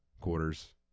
quarters